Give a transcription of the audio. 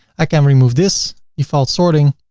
i can remove this, default sorting